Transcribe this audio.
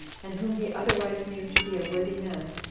and whom he otherwise knew to be a worthy man,